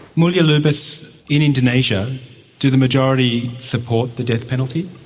mulya lubis, in indonesia do the majority support the death penalty?